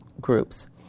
groups